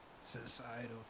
societal